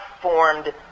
formed